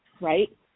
right